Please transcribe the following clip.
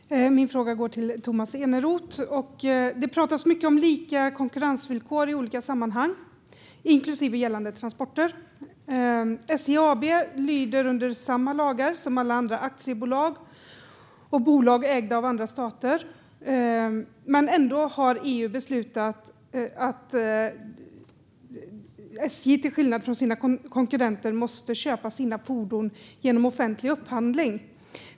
Fru talman! Min fråga går till Tomas Eneroth. Det talas mycket om lika konkurrensvillkor i olika sammanhang, inklusive transporter. SJ AB lyder under samma lagar som alla andra aktiebolag och bolag ägda av andra stater, men ändå har EU beslutat att SJ till skillnad från konkurrenterna måste köpa sina fordon genom offentlig upphandling.